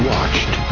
Watched